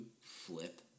flip